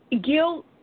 guilt